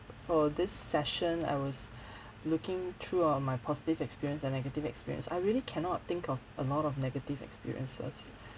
for this session I was looking through all my positive experience and negative experience I really cannot think of a lot of negative experiences